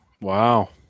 Wow